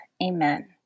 Amen